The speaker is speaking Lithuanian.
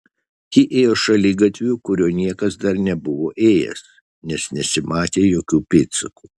ji ėjo šaligatviu kuriuo niekas dar nebuvo ėjęs nes nesimatė jokių pėdsakų